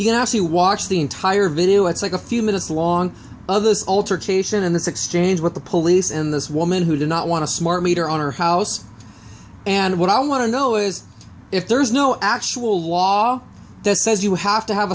you can actually watch the entire video it's like a few minutes long of those alter cation in this exchange with the police and this woman who did not want to smart meter on her house and what i want to know is if there's no actual law that says you have to have